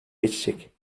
geçecek